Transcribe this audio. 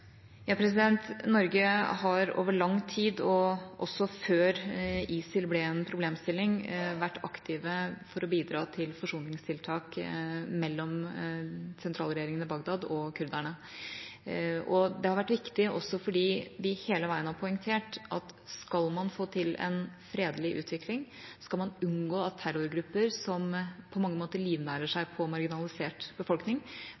Norge har over lang tid, også før ISIL ble en problemstilling, vært aktive for å bidra til forsoningstiltak mellom sentralregjeringen i Bagdad og kurderne. Det har vært viktig, også fordi vi hele veien har poengtert at skal man få til en fredelig utvikling og unngå at terrorgrupper som på mange måter livnærer seg på marginalisert befolkning,